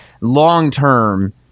long-term